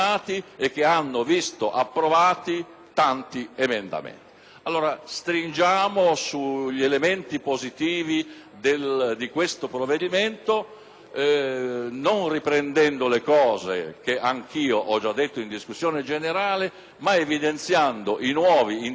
allora sugli elementi positivi di questo provvedimento, non riprendendo argomenti che anch'io ho già affrontato in discussione generale, ma evidenziando i nuovi interventi governativi contenuti nel maxiemendamento.